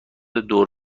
دور